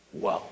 Wow